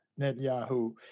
Netanyahu